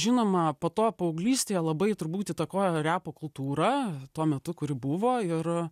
žinoma po to paauglystėje labai turbūt įtakojo repo kultūra tuo metu kuri buvo ir